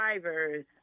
drivers